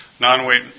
Non-weight